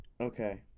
Okay